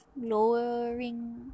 lowering